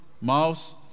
mouse